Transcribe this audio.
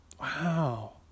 Wow